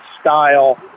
style